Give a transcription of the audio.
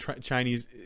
Chinese